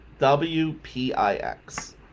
WPIX